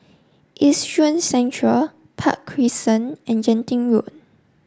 Yishun Central Park Crescent and Genting Road